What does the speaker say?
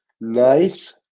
Nice